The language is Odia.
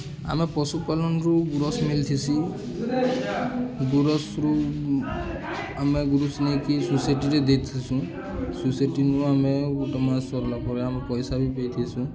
ଆମେ ପଶୁପାଲନ୍ରୁ ଗୁୁରସ୍ ମିଳିଥିସି ଗୁୁରସ୍ରୁ ଆମେ ଗୁରୁସ୍ ନେଇକି ସୋସାଇଟିରେ ଦେଇଥିସୁଁ ସୋସାଇଟିନୁ ଆମେ ଗୋଟେ ମାସ୍ ସର୍ଲା ପରେ ଆମେ ପଏସା ବି ପଇଥିସୁଁ